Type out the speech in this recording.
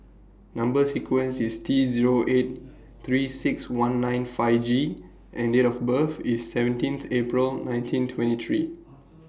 Number sequence IS T Zero eight three six one nine five G and Date of birth IS seventeen April nineteen twenty three